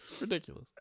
Ridiculous